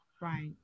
Right